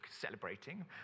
celebrating